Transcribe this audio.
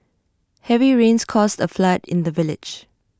heavy rains caused A flood in the village